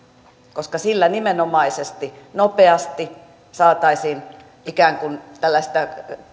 koska sillä nimenomaisesti nopeasti saataisiin ikään kuin tällaista